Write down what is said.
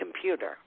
computer